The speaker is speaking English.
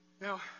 Now